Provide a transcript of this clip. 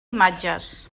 imatges